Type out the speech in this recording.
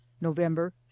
November